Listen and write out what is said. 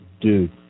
dude